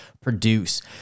produce